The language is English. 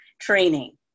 training